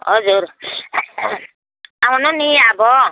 हजुर आउनु नि अब